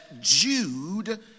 Jude